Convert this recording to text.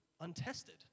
untested